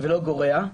ולא גורע.